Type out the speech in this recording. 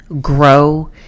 grow